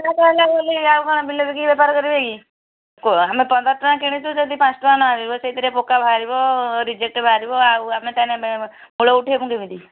rate ହେଲା ବୋଲି ଆଉ କ'ଣ ବିଲ ବିକିକି ବେପାର କରିବୁ କି କ'ଣ ଆମେ ପନ୍ଦର ଟଙ୍କା କିଣିଛୁ ଯଦି ପାଞ୍ଚଟଙ୍କା ନ ଆଣିବ ସେଇଥିରେ ପୋକା ବାହାରିବ ରିଜେକ୍ଟ ବାହାରିବ ଆଉ ଆମେ ତାହେଲେ ମୂଳ ଉଠାଇବୁ କେମିତି